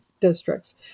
districts